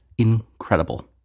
incredible